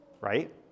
right